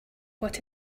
what